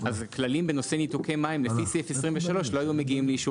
הכללים בנושא ניתוקי מים לפי סעיף 23 לא היו מגיעים לאישור